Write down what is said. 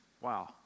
wow